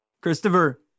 Christopher